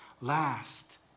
last